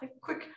quick